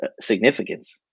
significance